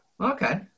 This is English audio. okay